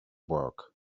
work